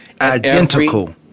Identical